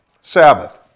Sabbath